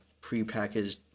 prepackaged